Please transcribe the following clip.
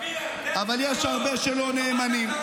אבל יש הרבה שלא נאמנים.